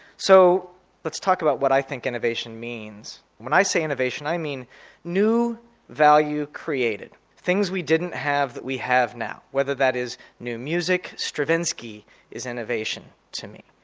so let's talk about what i think innovation means. when i say innovation i mean new value created things we didn't have that we have now, whether that is new music stravinsky is innovation to me.